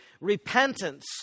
repentance